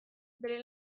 bere